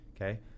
Okay